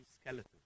skeleton